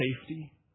safety